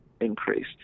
increased